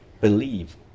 believe